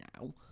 now